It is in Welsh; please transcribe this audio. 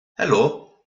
helo